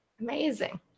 Amazing